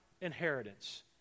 inheritance